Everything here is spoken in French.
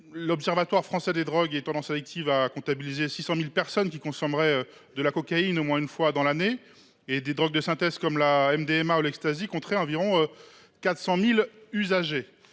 l’Observatoire français des drogues et des tendances addictives (OFDT) a comptabilisé 600 000 personnes qui consommeraient de la cocaïne au moins une fois dans l’année ; quant aux drogues de synthèse comme la MDMA ou l’ecstasy, elles compteraient environ 400 000 usagers.